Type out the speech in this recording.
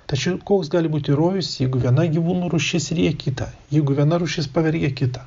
tačiau koks gali būti rojus jeigu viena gyvūnų rūšis ryja kitą jeigu viena rūšis pavergia kitą